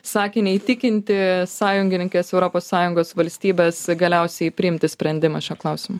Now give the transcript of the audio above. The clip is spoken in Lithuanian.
sakinį įtikinti sąjungininkes europos sąjungos valstybes galiausiai priimti sprendimą šiuo klausimu